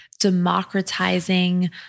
democratizing